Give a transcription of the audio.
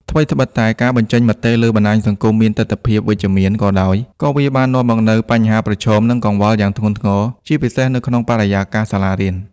ថ្វីត្បិតតែការបញ្ចេញមតិលើបណ្ដាញសង្គមមានទិដ្ឋភាពវិជ្ជមានក៏ដោយ ក៏វាបាននាំមកនូវ បញ្ហាប្រឈម និងកង្វល់ យ៉ាងធ្ងន់ធ្ងរ ជាពិសេសនៅក្នុងបរិយាកាសសាលារៀន។